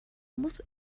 muss